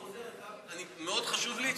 זה מאוד חשוב לי.